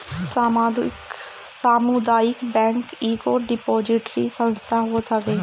सामुदायिक बैंक एगो डिपोजिटरी संस्था होत हवे